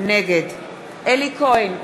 נגד אלי כהן,